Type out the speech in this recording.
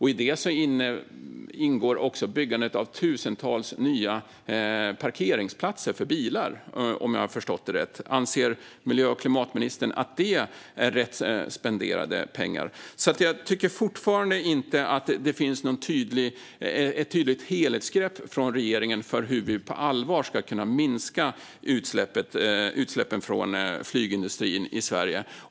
I det ingår också byggande av tusentals nya parkeringsplatser för bilar, om jag förstått det rätt. Anser miljö och klimatministern att det är rätt spenderade pengar? Jag tycker fortfarande inte att det finns ett tydligt helhetsgrepp från regeringen om hur vi på allvar ska kunna minska utsläppen från flygindustrin i Sverige.